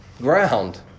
ground